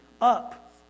Up